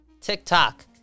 TikTok